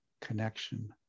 connection